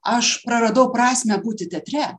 aš praradau prasmę būti teatre